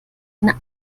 eine